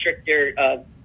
stricter